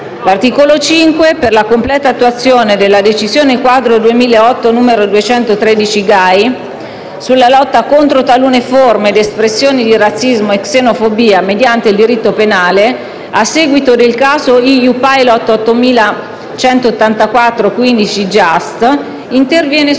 L'articolo 5, per la completa attuazione della decisione-quadro 2008/913/GAI sulla lotta contro talune forme ed espressioni di razzismo e xenofobia mediante il diritto penale, a seguito del caso EU-Pilot 8184/15/JUST, interviene sull'articolo